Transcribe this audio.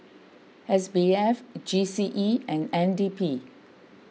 S B F G C E and N D P